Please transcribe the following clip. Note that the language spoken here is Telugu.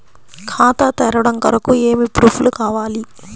ఖాతా తెరవడం కొరకు ఏమి ప్రూఫ్లు కావాలి?